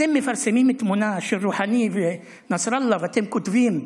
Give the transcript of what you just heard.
אתם מפרסמים תמונה של רוחאני ונסראללה ואתם כותבים: